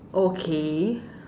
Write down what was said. okay